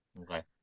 Okay